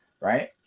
right